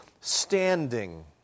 standing